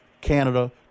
Canada